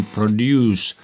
produce